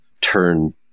turn